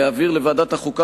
להעביר לוועדת החוקה,